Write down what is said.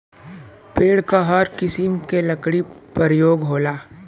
पेड़ क हर किसिम के लकड़ी परयोग होला